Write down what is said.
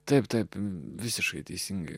taip taip visiškai teisingai